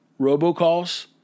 robocalls